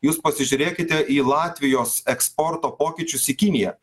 jūs pasižiūrėkite į latvijos eksporto pokyčius į kiniją